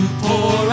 pour